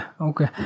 okay